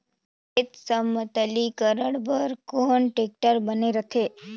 खेत समतलीकरण बर कौन टेक्टर बने रथे?